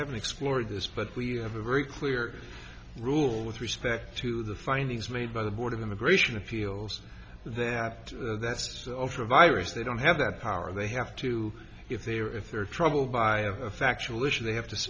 haven't explored this but we have a very clear rule with respect to the findings made by the board of immigration appeals that that's a virus they don't have that power they have to if they are if they're troubled by a factual issue they have to